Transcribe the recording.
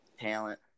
talent